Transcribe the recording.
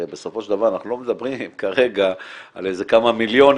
הרי בסופו של דבר אנחנו לא מדברים פה כרגע על כמה מיליונים.